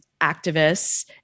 activists